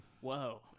Whoa